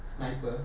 sniper